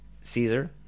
Caesar